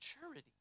Maturity